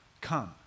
come